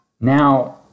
Now